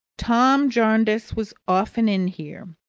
tom jarndyce was often in here.